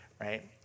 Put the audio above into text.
right